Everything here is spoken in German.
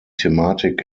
thematik